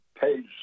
page